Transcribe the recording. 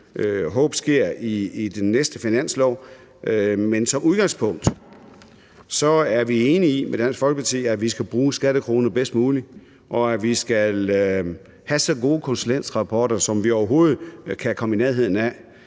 håbe sker i den næste finanslov. Men som udgangspunkt er vi enige med Dansk Folkeparti i, at man skal bruge skattekronerne bedst muligt, og at man skal have så gode konsulentrapporter, som man overhovedet kan komme i nærheden af.